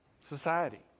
society